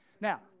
Now